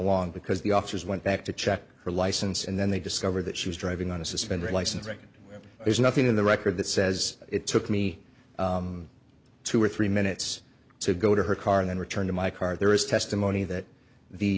long because the officers went back to check her license and then they discovered that she was driving on a suspended license record there's nothing in the record that says it took me two or three minutes to go to her car then return to my car there is testimony that the